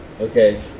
Okay